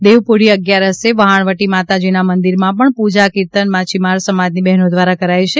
દેવપોઢી અગિયારસે વહાણવટી માતાજીના મંદિરમાં પણ પૂજા કિર્તન માછીમાર સમાજની બહેનો દ્વારા કરાય છે